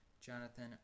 Jonathan